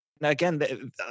again